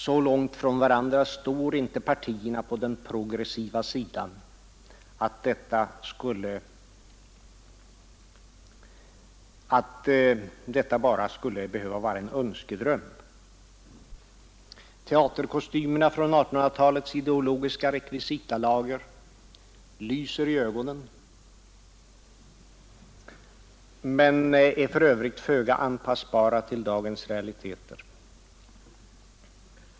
Så långt från varandra står inte partierna på den progressiva sidan att detta bara skulle behöva vara en önskedröm. Teaterkostymerna från 1800-talets ideologiska rekvisitalager lyser i ögonen men är för övrigt föga anpassbara till dagens realiteter.